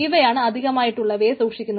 ഇവയാണ് അധികമായിട്ടുള്ളവയെ സൂക്ഷിക്കുന്നത്